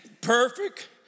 perfect